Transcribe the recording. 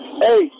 Hey